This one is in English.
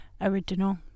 Original